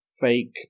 fake